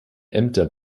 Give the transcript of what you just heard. ämter